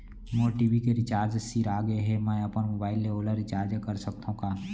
मोर TV के recharge सिरा गे हे, मैं अपन मोबाइल ले ओला रिचार्ज करा सकथव का?